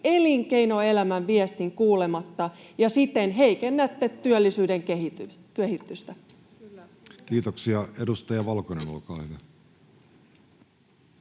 elinkeinoelämän viestin kuulematta ja siten heikennätte työllisyyden kehitystä. [Speech 101] Speaker: Jussi